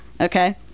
okay